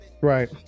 right